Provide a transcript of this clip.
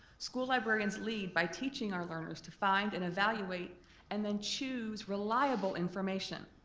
school librarians lead by teaching our learners to find and evaluate and then choose reliable information.